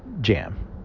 jam